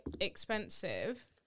expensive